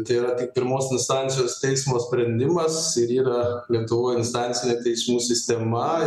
tai yra tik pirmos instancijos teismo sprendimas ir yra lietuvoj instancinė teismų sistema